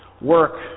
work